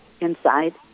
inside